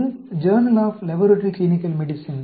இது journal of laboratory clinical medicine